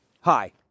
Hi